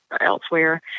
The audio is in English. elsewhere